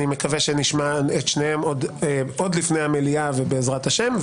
אני מקווה שנשמע את שניהם עוד לפני המליאה וככל